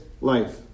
life